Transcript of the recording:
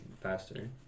faster